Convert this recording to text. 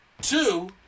Two